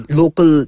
local